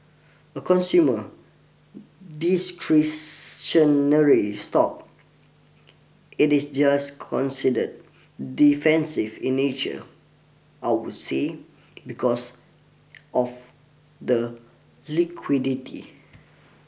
a consumer discretionary stock it is just considered defensive in nature I would say because of the liquidity